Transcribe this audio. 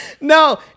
No